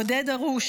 הלוחם עודד הרוש,